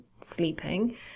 sleeping